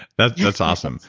that's that's awesome.